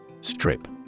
Strip